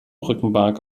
rückenmark